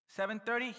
7.30